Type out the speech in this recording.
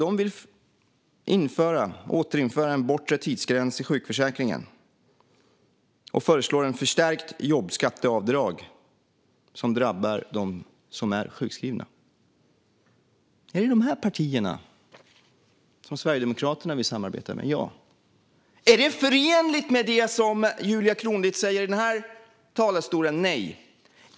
De vill återinföra en bortre tidsgräns i sjukförsäkringen, och de föreslår ett förstärkt jobbskatteavdrag som drabbar dem som är sjukskrivna. Är det de här partierna som Sverigedemokraterna vill samarbeta med? Ja. Är det förenligt med det som Julia Kronlid säger i talarstolen? Nej.